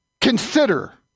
consider